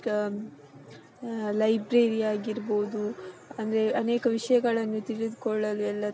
ಕನ್ ಲೈಬ್ರೆರಿ ಆಗಿರ್ಬೋದು ಅಂದರೆ ಅನೇಕ ವಿಷಯಗಳನ್ನು ತಿಳಿದ್ಕೊಳ್ಳಲು ಎಲ್ಲ